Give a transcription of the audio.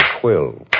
quill